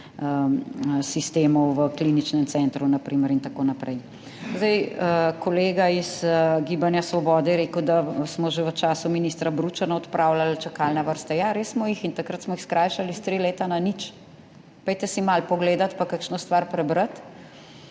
sistemov v kliničnem centru, na primer in tako naprej. Zdaj, kolega iz Gibanja Svobode je rekel, da smo že v času ministra Bručana odpravljali čakalne vrste. Ja, res smo jih in takrat smo jih skrajšali s tri leta na nič. Pojdite si malo pogledati pa kakšno stvar prebrati.